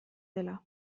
dela